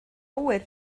ŵyr